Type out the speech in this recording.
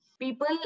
People